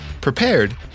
prepared